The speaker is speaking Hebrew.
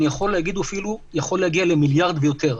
אני יכול להגיד אפילו שזה יכול להגיע למיליארד ויותר.